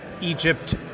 Egypt